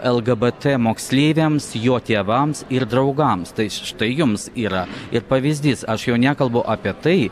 lgbt moksleiviams jo tėvams ir draugams tai štai jums yra ir pavyzdys aš jau nekalbu apie tai